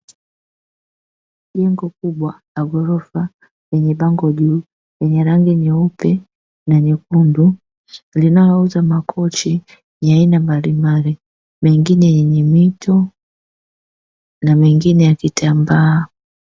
Jengo kubwa la ghorofa lenye bango juu, lenye rangi nyeupe na nyekundu, linalouza makochi ya aina mbalimbali, mengine yenye mito na mengine ya kitambaa.